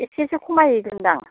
एसेसो खमायगोनदां